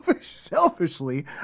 selfishly